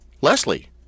Leslie